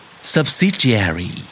Subsidiary